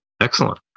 Excellent